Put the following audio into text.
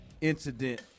incident